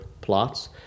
plots